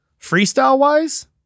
freestyle-wise